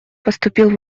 поступил